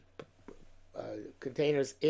containers